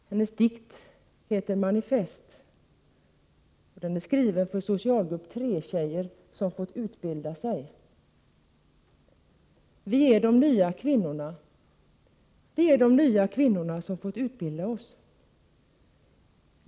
Den heter Manifest och är skriven för socialgrupp 3-tjejer som fått utbilda sig: Vi är dom nya kvinnorna. Vi är dom nya kvinnorna som fått utbilda oss.